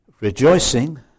rejoicing